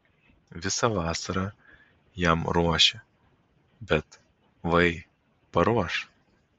visą vasarą jam ruošia bet vai paruoš